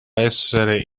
essere